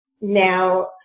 Now